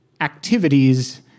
activities